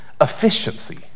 efficiency